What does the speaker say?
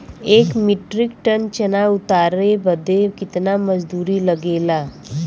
एक metric ton चना उतारे बदे कितना मजदूरी लगे ला?